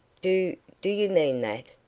do do you mean that?